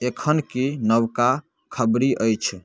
एखन की नवका खबरि अछि